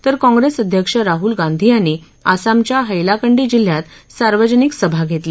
तर काँग्रेस अध्यक्ष राहुल गांधी यांनी आसामच्या हैयलाकंडी जिल्ह्यात सार्वजनिक सभा झाली